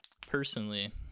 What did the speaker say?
personally